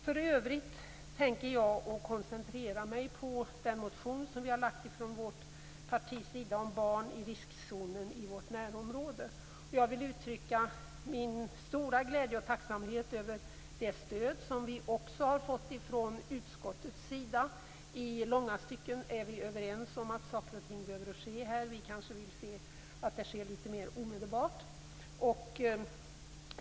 För övrigt tänker jag koncentrera mig på den motion mitt parti har väckt om barn i riskzonen i vårt närområde. Jag vill uttrycka min stora glädje och tacksamhet över det stöd som vi också har fått från utskottets sida. I långa stycken är vi överens om att saker och ting behöver ske. Vi kristdemokrater vill gärna se att det sker litet mer omedelbart.